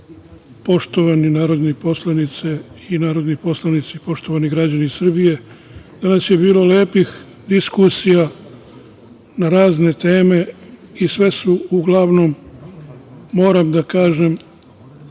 poštovane narodne poslanice i narodni poslanici, poštovani građani Srbije, danas je bilo lepih diskusija na razne teme i sve su uglavnom, moram da kažem